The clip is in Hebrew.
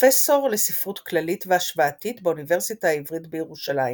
פרופסור לספרות כללית והשוואתית באוניברסיטה העברית בירושלים.